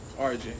RJ